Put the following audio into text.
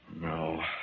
No